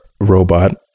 robot